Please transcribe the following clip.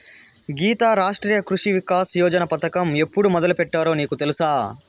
గీతా, రాష్ట్రీయ కృషి వికాస్ యోజన పథకం ఎప్పుడు మొదలుపెట్టారో నీకు తెలుసా